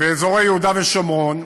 ואזורי יהודה ושומרון,